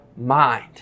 mind